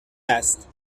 است